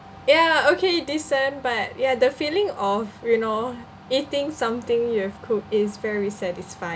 ya okay decent but ya the feeling of you know eating something you have cook is very satisfying